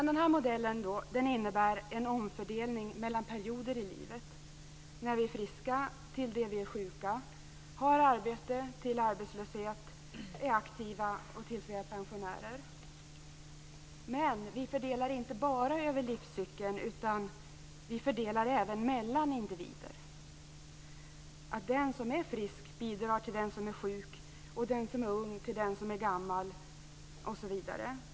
Denna modell innebär en omfördelning mellan perioder i livet - från tider när vi är friska till när vi är sjuka, från tider med arbete till när vi är arbetslösa och från vår aktiva tid till när vi blivit pensionärer. Men vi fördelar inte bara över livscykeln, utan vi fördelar även mellan individer. Den som är frisk bidrar till den som är sjuk, och den som är ung till den som är gammal osv.